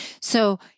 So-